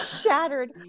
shattered